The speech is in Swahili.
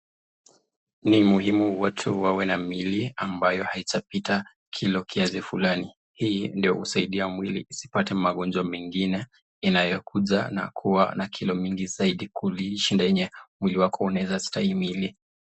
Ni muhimu watu wawe na miili ambayo haijapita kilo kiasi fulani. Hii ndiyo husaidia mwili isipate magonjwa mengine inayokuja na kuwa na kilo mingi zaidi kushinda yenye mwili wako unaweza stahimili.